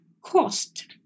cost